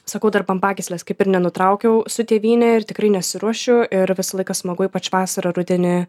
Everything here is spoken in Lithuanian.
sakau dar bambagyslės kaip ir nenutraukiau su tėvyne ir tikrai nesiruošiu ir visą laiką smagu ypač vasarą rudenį